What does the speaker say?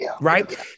Right